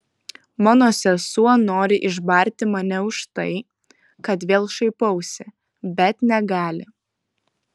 mano sesuo nori išbarti mane už tai kad vėl šaipausi bet negali